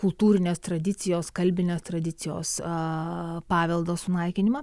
kultūrinės tradicijos kalbinės tradicijos a paveldo sunaikinimą